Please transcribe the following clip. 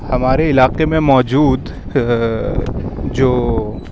ہمارے علاقے میں موجود جو